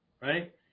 Right